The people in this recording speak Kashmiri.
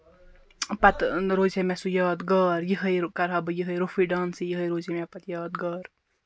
پَتہٕ روزِ ہے مےٚ سُہ یاد گار یِہَے کرٕہا بہٕ یِہَے روٚفٕے ڈانس یِہَے روزِ ہے مےٚ پَتہٕ یاد گار